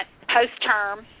post-term